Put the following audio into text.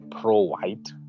pro-white